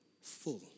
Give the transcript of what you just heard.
full